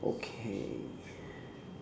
okay